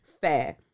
fair